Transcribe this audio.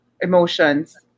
emotions